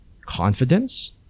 Confidence